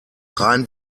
rein